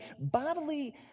bodily